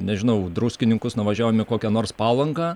nežinau druskininkus nuvažiavom į kokią nors palangą